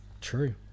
True